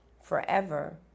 forever